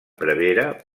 prevere